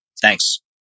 Thanks